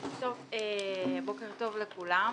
בוקר טוב לכולם.